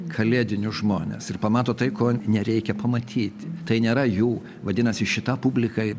kalėdinius žmones ir pamato tai ko nereikia pamatyti tai nėra jų vadinasi šita publikai